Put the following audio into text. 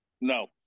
No